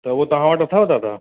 त उहो तव्हां वटि अथव दादा